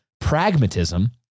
pragmatism